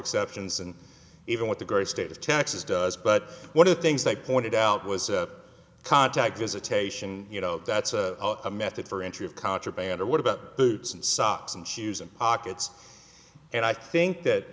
exceptions and even with the great state of texas does but what are things like pointed out was a contact visitation you know that's a method for entry of contraband or what about boots and socks and shoes and pockets and i think that